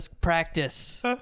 practice